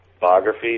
biography